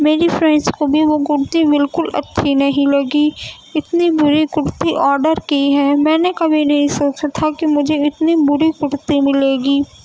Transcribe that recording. میری فرینڈس کو بھی وہ کرتی بالکل اچھی نہیں لگی اتنی بری کرتی آڈر کی ہے میں نے کبھی نہیں سوچا تھا کہ مجھے اتنی بری کرتی ملے گی